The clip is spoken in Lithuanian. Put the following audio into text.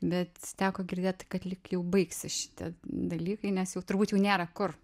bet teko girdėt kad lyg jau baigsis šitie dalykai nes jau turbūt jau nėra kur